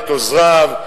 את עוזריו,